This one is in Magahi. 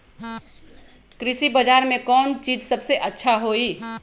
कृषि बजार में कौन चीज सबसे अच्छा होई?